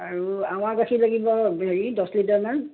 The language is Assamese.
আৰু এৱাঁ গাখীৰ লাগিব হেৰি দহ লিটাৰমান